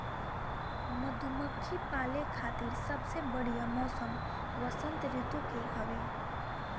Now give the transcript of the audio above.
मधुमक्खी पाले खातिर सबसे बढ़िया मौसम वसंत ऋतू के हवे